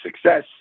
success